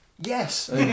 yes